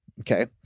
Okay